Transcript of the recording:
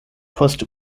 post